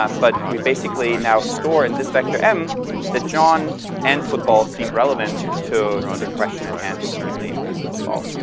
um but we basically now store in this vector m that john and football seem relevant to the question at hand, but namely, where's the football?